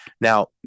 now